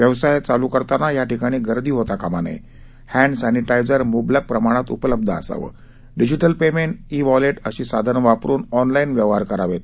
व्यवसाय चालू करण्यासाठी याठिकाणी गर्दी होता कामा नये हँड सॅनिटायझर म्बलक प्रमाणात उपलब्ध असावे डिजिटल पेमेंट ई वॉलेट अशी साधनं वापरुन ऑनलाईन व्यवहार करावे